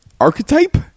Archetype